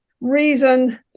reason